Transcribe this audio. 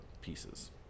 pieces